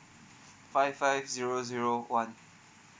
five five zero zero one